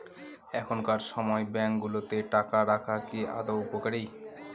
এখনকার সময় ব্যাঙ্কগুলোতে টাকা রাখা কি আদৌ উপকারী?